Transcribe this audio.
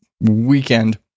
weekend